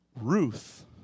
Ruth